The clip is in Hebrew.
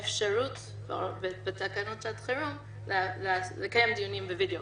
אפשרות בתקנות שעת חירום לקיים דיון ב-video conference.